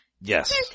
Yes